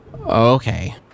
Okay